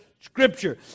Scripture